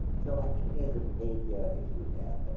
so, i think there's a weightier issue there. but,